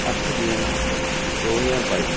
ਅੱਠ ਜੂਨ ਦੋ ਹਜ਼ਾਰ ਬਾਈ